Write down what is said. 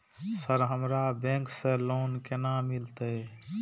Sir हमरा bank से loan केना मिलते?